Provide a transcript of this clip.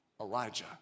Elijah